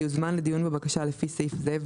יוזמן לדיון בבקשה לפי סעיף זה,